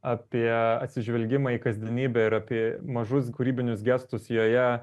apie atsižvelgimą į kasdienybę ir apie mažus kūrybinius gestus joje